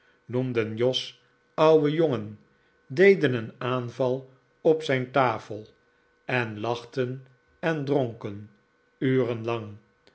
noemden jos ouwe jongen deden een aanval op zijn tafel en lachten en dronken